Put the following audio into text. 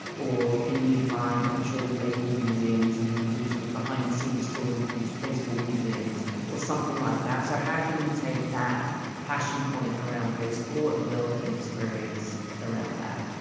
or can you find. i'm sure there's baseball museums and you can do sort of behind the scenes tools, abuse, baseball, museums or something like that. so how can you take that passion point around baseball and build an experience around that?